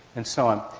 and so on.